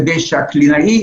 כדי שהקלינאי,